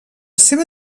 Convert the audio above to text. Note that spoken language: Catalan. seva